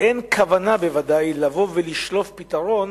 אין כוונה בוודאי לבוא ולשלוף פתרון